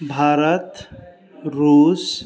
भारत रूस